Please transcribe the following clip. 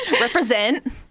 Represent